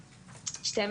תוקף.